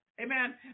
amen